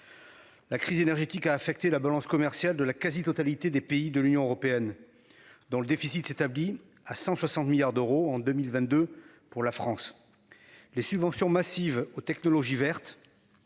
La crise énergétique a affecté la balance commerciale de la quasi-totalité des pays de l'Union européenne. Dont le déficit s'établit à 160 milliards d'euros en 2022 pour la France. Les subventions massives aux technologies vertes.